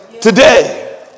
today